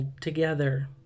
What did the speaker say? together